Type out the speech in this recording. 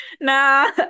nah